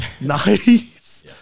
Nice